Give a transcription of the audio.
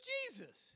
Jesus